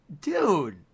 dude